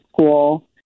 school